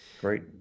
Great